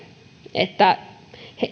että